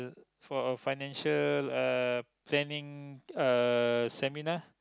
for a financial uh planing uh seminar